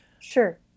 Sure